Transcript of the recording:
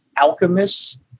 alchemists